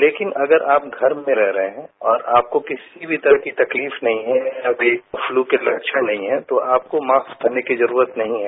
लेकिन अगर आप घर में रह रहे हैं और आपको किसी भी तरह की तकलीफ नहीं है या फ्लू के लक्षण नहीं हैं तो आपको मास्क पहनने की जरूरत नहीं है